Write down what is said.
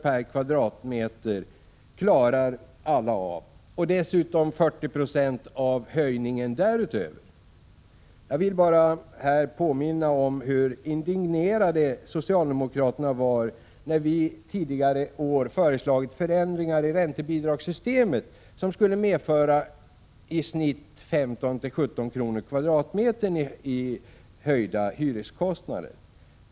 per kvadratmeter klarar alla av och dessutom 40 9c när det gäller höjningen därutöver. Jag vill bara påminna om hur indignerade socialdemokraterna varit när vi tidigare år föreslagit förändringar i räntebidragssystemet som skulle medföra i snitt 15-17 kr. per kvadratmeter i höjda hyreskostnader.